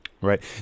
Right